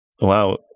wow